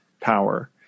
power